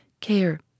Care